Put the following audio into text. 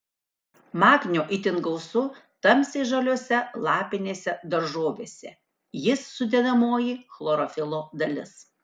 magnio itin gausu tamsiai žaliose lapinėse daržovėse jis sudedamoji chlorofilo dalis